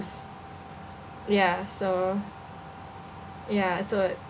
ya so ya so